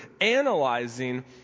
analyzing